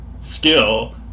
skill